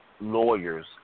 lawyers